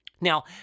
Now